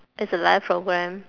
it's a live program